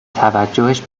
توجهش